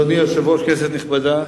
אדוני היושב-ראש, כנסת נכבדה,